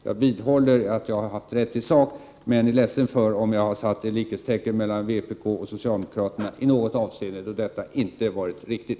Jag vidhåller att jag har haft rätt i sak, men jag är ledsen om jag har satt likhetstecken mellan vpk och socialdemokraterna i något avseende då detta inte varit riktigt.